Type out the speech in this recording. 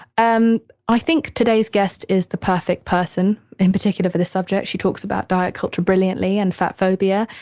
um i think today's guest is the perfect person in particular for the subject. she talks about diet culture brilliantly and fat phobia.